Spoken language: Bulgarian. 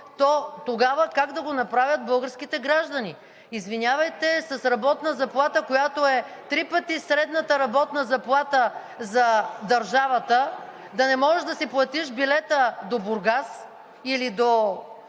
то тогава как да го направят българските граждани? Извинявайте, с работна заплата, която е три пъти средната работна заплата за държавата, да не можеш да си платиш билета до Бургас или до